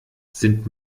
sind